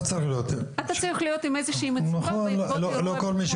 אתה צריך להיות עם מצוקה כלשהי בעקבות אירוע ביטחוני.